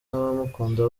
abamukunda